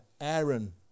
Aaron